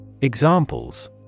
Examples